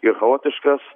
ir chaotiškas